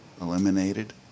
eliminated